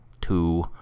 two